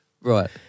Right